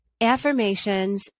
affirmations